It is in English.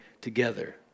together